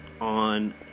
on